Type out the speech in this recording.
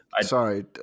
sorry